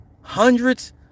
hundreds